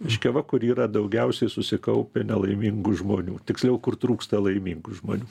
reiškia va kur yra daugiausiai susikaupę nelaimingų žmonių tiksliau kur trūksta laimingų žmonių